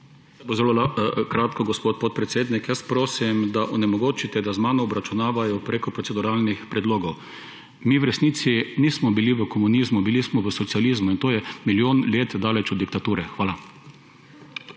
zelo kratko, gospod podpredsednik. Jaz prosim, da onemogočite, da z menoj obračunavajo preko proceduralnih predlogov. Mi v resnici nismo bili v komunizmu, bili smo v socializmu in to je milijon let daleč od diktature. Hvala.